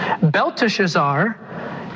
Belteshazzar